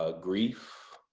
ah grief,